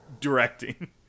directing